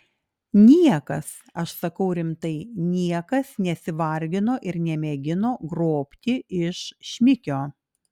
niekas aš sakau rimtai niekas nesivargino ir nemėgino grobti iš šmikio